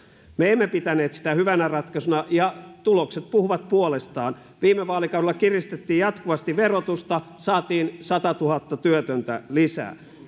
me emme pitäneet sitä hyvänä ratkaisuna ja tulokset puhuvat puolestaan viime vaalikaudella kiristettiin jatkuvasti verotusta saatiin satatuhatta työtöntä lisää